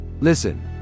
Listen